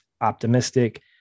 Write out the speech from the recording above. optimistic